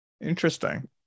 Interesting